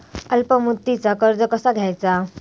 अल्प मुदतीचा कर्ज कसा घ्यायचा?